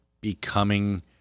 becoming-